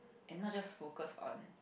and not just focus on